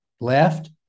left